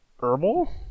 herbal